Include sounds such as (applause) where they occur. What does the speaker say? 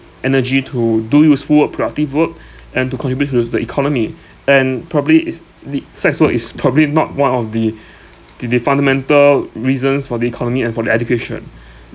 energy to do useful or productive work (breath) and to contribute to the the economy and probably is the sex work is probably not one of the (breath) the the fundamental reasons for the economy and for the education (breath)